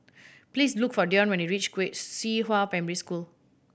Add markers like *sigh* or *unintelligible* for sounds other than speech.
please look for Dion when you reach *unintelligible* Qihua Primary School